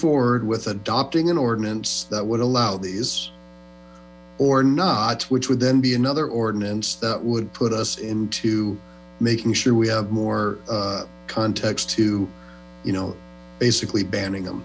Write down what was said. forward with adopting an ordinance that would allow these or not which would then be another ordinance that would put us into making sure we have more context to basically banning them